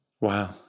Wow